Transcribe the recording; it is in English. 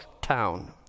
town